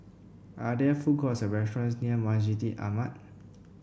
are there food courts or restaurants near Masjid Ahmad